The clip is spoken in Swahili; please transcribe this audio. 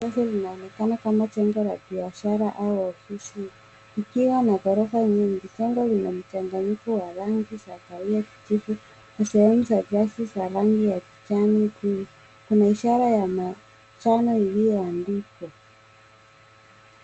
Jengo linaonekana kama jengo la biashara au ofisi, likiwa na ghorofa nyingi. Jengo lina mchanganyiko wa rangi za kahawia kijivu na sehemu za glasi za rangi ya kijani. Kuna ishara ya manjano iliyoandikwa.